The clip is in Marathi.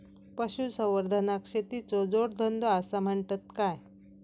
पशुसंवर्धनाक शेतीचो जोडधंदो आसा म्हणतत काय?